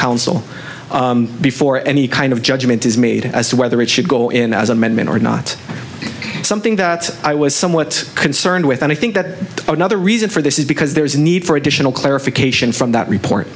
council before any kind of judgment is made as to whether it should go in as an amendment or not something that i was somewhat concerned with and i think that another reason for this is because there is a need for additional clarification from that report